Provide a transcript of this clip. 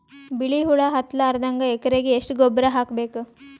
ಬಿಳಿ ಹುಳ ಹತ್ತಲಾರದಂಗ ಎಕರೆಗೆ ಎಷ್ಟು ಗೊಬ್ಬರ ಹಾಕ್ ಬೇಕು?